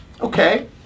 okay